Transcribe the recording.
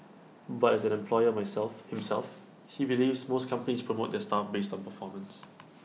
but as an employer myself himself he believes most companies promote their staff based on performance